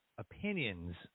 opinions